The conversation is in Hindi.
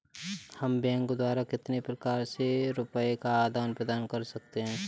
हम बैंक द्वारा कितने प्रकार से रुपये का आदान प्रदान कर सकते हैं?